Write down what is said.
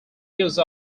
use